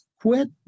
quit